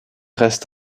reste